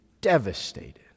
devastated